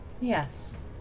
Yes